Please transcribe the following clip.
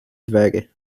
двері